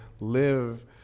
live